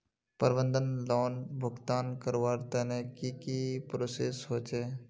प्रबंधन लोन भुगतान करवार तने की की प्रोसेस होचे?